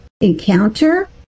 encounter